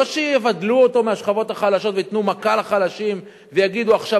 לא שיבדלו אותו מהשכבות החלשות וייתנו מכה לחלשים ויגידו: עכשיו,